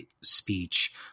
speech